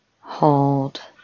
hold